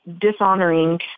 dishonoring